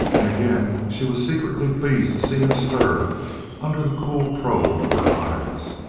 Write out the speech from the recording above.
and again she was secretly pleased to see him stir under the cool probe of her eyes.